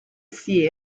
see